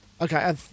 Okay